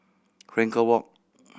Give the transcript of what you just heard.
Frankel Walk